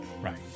Right